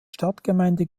stadtgemeinde